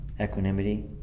equanimity